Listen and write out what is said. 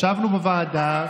ישבנו בוועדה,